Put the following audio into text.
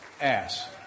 ass